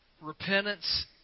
Repentance